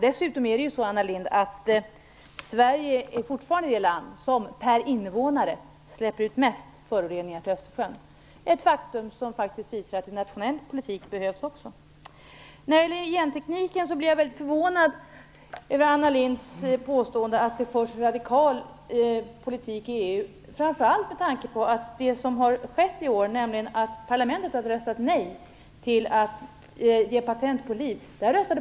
Dessutom, Anna Lindh, är Sverige fortfarande det land som per invånare släpper ut mest föroreningar i Östersjön. Det är ett faktum som faktiskt visar att det även behövs nationell politik. När det gäller gentekniken blev jag litet förvånad över Anna Lindhs påstående att det förs en radikal politik i EU. I år har parlamentet faktiskt röstat nej till att ge patent på liv.